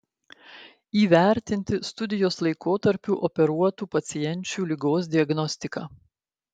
įvertinti studijos laikotarpiu operuotų pacienčių ligos diagnostiką